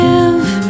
Give